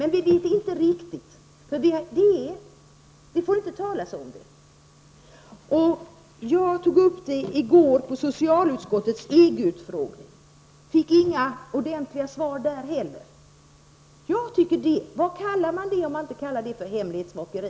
Men vi vet inte riktigt, eftersom man inte får tala om det. Jag tog upp detta vid socialutskottets EG utfrågning i går, men jag fick inga ordentliga svar där heller. Vad kan man kalla detta annat än hemlighetsmakeri?